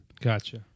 Gotcha